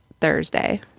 Thursday